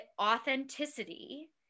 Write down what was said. authenticity